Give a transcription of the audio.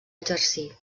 exercir